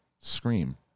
Scream